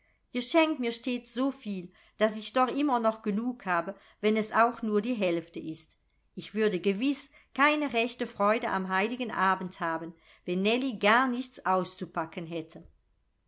schenkt mir stets so viel daß ich doch immer noch genug habe wenn es auch nur die hälfte ist ich würde gewiß keine rechte freude am heiligen abend haben wenn nellie gar nichts auszupacken hätte